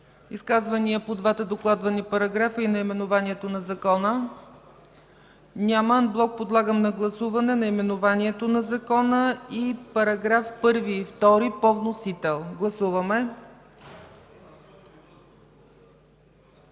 Изказвания по двата параграфа и наименованието на Закона? Няма. Анблок подлагам на гласуване наименованието на Закона и параграфи 1 и 2 по вносител. Гласували